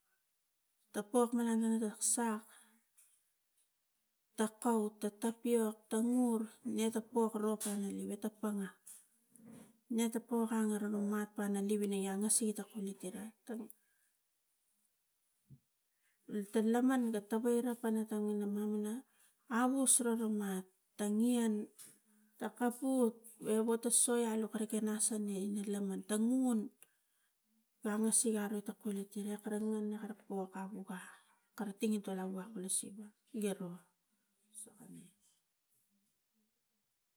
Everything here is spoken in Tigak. Ta pok pana mani tok sak ta kau ta papiok, ta ur nia ta pok ro pana leu ita panga nia ta pok angaro ta mat pana leu angasik ita kulut ira inata laman ga tawai ra pana tang ina mamona abus raramat, tangian, ta kapuk o to so karika nasone laman tang ngun angasik ane tang kulitira akara ngan kara poka moka kama tangintol awak lo siva garo sokane.